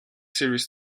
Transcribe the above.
series